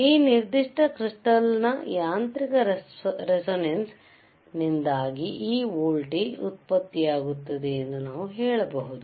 ಈ ನಿರ್ದಿಷ್ಟ ಕೃಸ್ಟಾಲ್ನ ಯಾಂತ್ರಿಕ ರೇಸೋನೆನ್ಸ್ನಿಂದಾಗಿ ಈ ವೋಲ್ಟೇಜ್ ಉತ್ಪತ್ತಿಯಾಗುತ್ತದೆ ಎಂದು ನಾವು ಹೇಳಬಹುದು